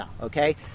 okay